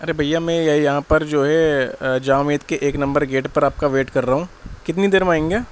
ارے بھیا میں یہاں پر جو ہے جامع کے ایک نمبر گیٹ پر آپ کا ویٹ کر رہا ہوں کتنی دیر میں آئیں گے